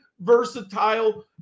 versatile